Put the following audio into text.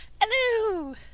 Hello